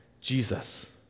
Jesus